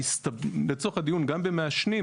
לצורך הדיון גם במעשנים,